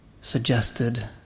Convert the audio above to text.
suggested